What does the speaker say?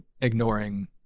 ignoring